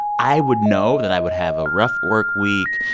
i would know that i would have a rough work week,